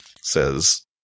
says